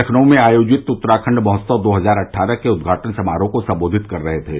लखनऊ में आयोजित उत्तराखंड महोत्सव दो हजार अटठारह के उद्घाटन समारोह को संबोधित कर रहे थे